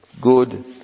good